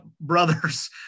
brother's